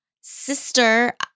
sister